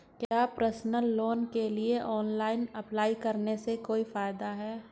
क्या personal loan के लिए ऑनलाइन अप्लाई करने से कोई फायदा है?